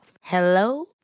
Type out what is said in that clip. Hello